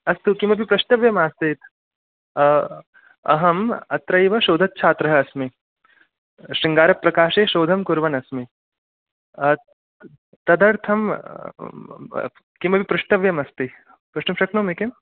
अस्तु किमपि पृष्टव्यमासीत् अहम् अत्रैव शोधछात्रः अस्मि शृङ्गारप्रकाशे शोधनं कुर्वन्नस्मि तदर्थं किमपि पृष्टव्यमस्ति प्रष्टुं शक्नोमि किम्